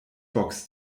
box